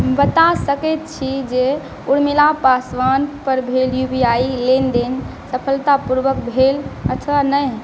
बता सकैत छी जे उर्मिला पासवानपर भेल यू पी आइ लेनदेन सफलतापूर्वक भेल अथवा नहि